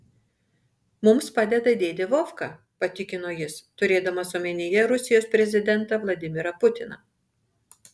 mums padeda dėdė vovka patikino jis turėdamas omenyje rusijos prezidentą vladimirą putiną